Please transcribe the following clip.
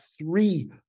three